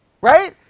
right